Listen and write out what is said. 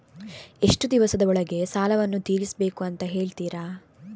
ಎಷ್ಟು ದಿವಸದ ಒಳಗೆ ಸಾಲವನ್ನು ತೀರಿಸ್ಬೇಕು ಅಂತ ಹೇಳ್ತಿರಾ?